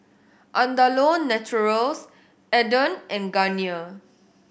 Andalou Naturals Aden and Garnier